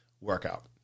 workout